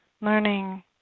learning